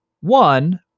One